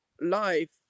life